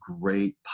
great